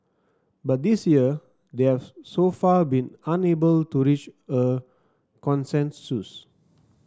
but this year they have so far been unable to reach a consensus